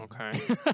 Okay